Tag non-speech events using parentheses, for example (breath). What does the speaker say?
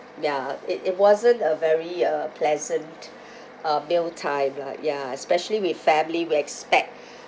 ya it it wasn't a very uh pleasant (breath) uh meal time lah ya especially with family we expect (breath)